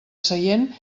seient